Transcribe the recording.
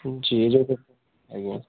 ହୁଁ ଯିଏ ଯଦି ଆଜ୍ଞା